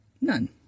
None